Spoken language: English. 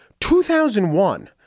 2001